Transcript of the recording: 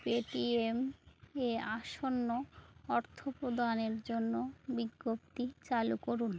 Paytm এ আসন্ন অর্থ প্রদানের জন্য বিজ্ঞপ্তি চালু করুন